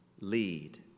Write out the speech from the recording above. lead